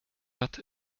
hat